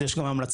אז יש גם המלצות.